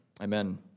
Amen